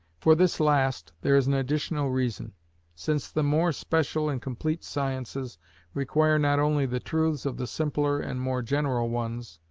for this last there is an additional reason since the more special and complete sciences require not only the truths of the simpler and more general ones,